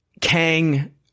Kang